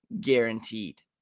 guaranteed